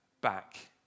back